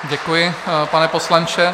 Děkuji, pane poslanče.